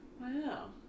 Wow